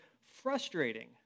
frustrating